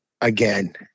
again